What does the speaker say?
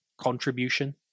contribution